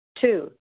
Two